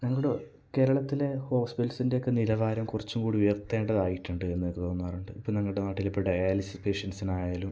ഞങ്ങളുടെ കേരളത്തിലെ ഹോസ്പിറ്റൽസിൻ്റെയൊക്കെ നിലവാരം കുറച്ചും കൂടെ ഉയർത്തേണ്ടതായിട്ടുണ്ട് എന്ന് തോന്നാറുണ്ട് ഇപ്പം ഞങ്ങളുടെ നാട്ടിലെ ഇപ്പം ഡയാലിസിസ് പേഷ്യൻസിനായാലും